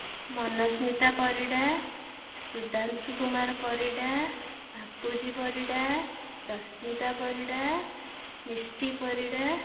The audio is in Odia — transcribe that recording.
ମନସ୍ମିତା ପରିଡ଼ା ସୁଧାଂଶୁ କୁମାର ପରିଡ଼ା ବାପୁଜି ପରିଡ଼ା ରସ୍ମିତା ପରିଡ଼ା ମିଷ୍ଟି ପରିଡ଼ା